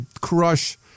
crush